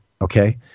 Okay